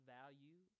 value